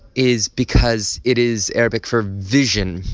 is because it is arabic for! vision!